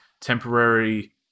temporary